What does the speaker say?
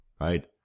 right